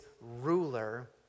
ruler